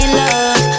love